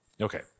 Okay